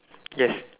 yes